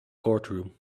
courtroom